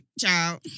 Ciao